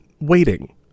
waiting